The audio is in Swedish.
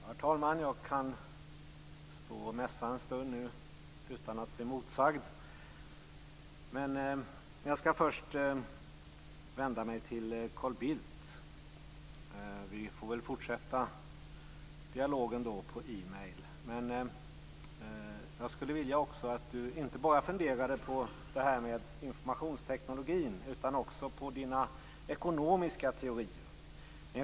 Herr talman! Jag kan tydligen stå och mässa en stund utan att bli motsagd. Carl Bildt, vi får väl fortsätta dialogen via e-mail. Jag skulle vilja att Carl Bildt funderade inte bara på informationstekniken utan också på de egna ekonomiska teorierna.